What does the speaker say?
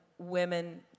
women